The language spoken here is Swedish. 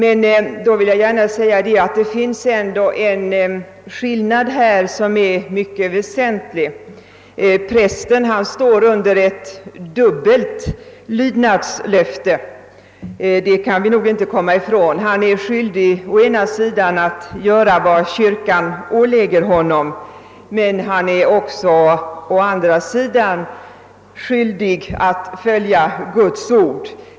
Här vill jag gärna säga att det ändå finns en skillnad, vilken är mycket väsentlig. Prästen står under ett dubbelt lydnadslöfte. Det kan vi inte komma ifrån. Å ena sidan är han skyldig att göra vad staten ålägger honom, men han är också å andra sidan skyldig att följa Guds ord.